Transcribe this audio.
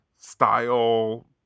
style